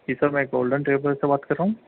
جی sir میں golden travellers سے بات کر رہا ہوں